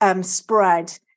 spread